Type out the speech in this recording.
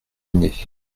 dîner